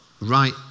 right